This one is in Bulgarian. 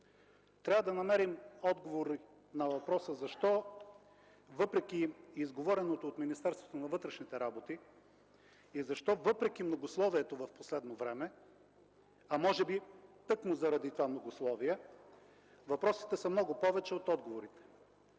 Трябва да намерим отговора на въпроса: защо въпреки изговореното от Министерството на вътрешните работи и защо въпреки многословието в последно време, а може би тъкмо заради това многословие, въпросите са много повече от отговорите?